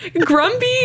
Grumpy